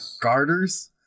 garters